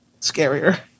Scarier